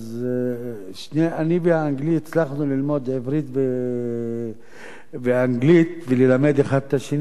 אני והאנגלי הצלחנו ללמוד עברית ואנגלית וללמד אחד את השני,